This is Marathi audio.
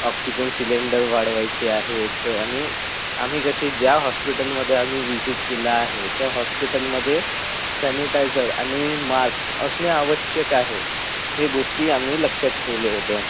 ऑक्सिजन सिलेंडर वाढवायचे आहेत तर आणि आम्ही कसे ज्या हॉस्पिटलमध्ये आम्ही विजिट केलं आहे त्या हॉस्पिटलमध्ये सॅनिटायजर आणि मास्क असणे आवश्यक आहे हे गोष्टी आम्ही लक्षात ठेवले होते